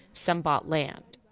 some bought land,